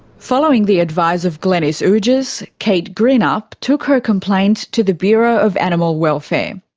following the advice of glenys oogjes, kate greenup took her complaint to the bureau of animal welfare.